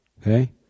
Okay